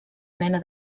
mena